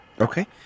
Okay